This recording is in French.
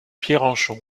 pierrenchon